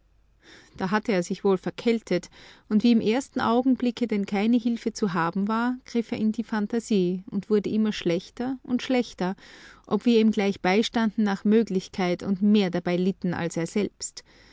da hatte er sich wohl verkältet und wie im ersten augenblicke denn keine hilfe zu haben war griff er in die phantasie und wurde immer schlechter und schlechter ob wir ihm gleich beistanden nach möglichkeit und mehr dabei litten als er selbst